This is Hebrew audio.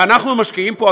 ואנחנו משקיעים פה,